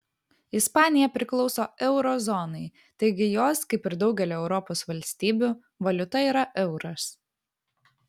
ispanija priklauso euro zonai taigi jos kaip ir daugelio europos valstybių valiuta yra euras